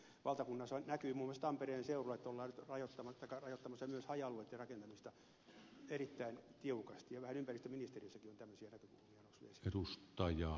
valtakunnassa näkyy muun muassa tampereen seudulla että nyt ollaan rajoittamassa myös haja asutusalueitten rakentamista erittäin tiukasti ja ympäristöministeriössäkin on vähän tämmöisiä näkökulmia noussut esiin